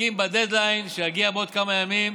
עסוקים בדד-ליין, שיגיע בעוד כמה ימים,